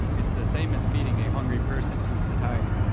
it's the same as feeding a hungry person to satiety,